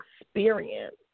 experience